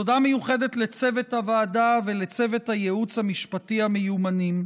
תודה מיוחדת לצוות הוועדה ולצוות הייעוץ המשפטי המיומנים.